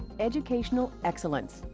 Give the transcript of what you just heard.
educational excellence,